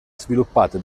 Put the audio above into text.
sviluppate